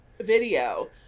video